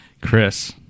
Chris